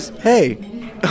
hey